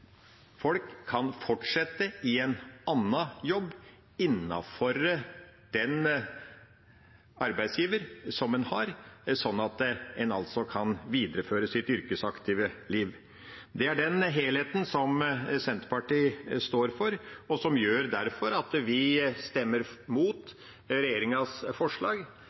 folk kan fortsette i en annen jobb hos den arbeidsgiver en har, sånn at en kan videreføre sitt yrkesaktive liv? Det er den helheten som Senterpartiet står for, og som derfor gjør at vi stemmer mot regjeringas forslag.